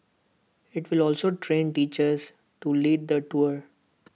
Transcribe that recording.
IT will also train teachers to lead the tours